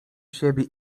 siebie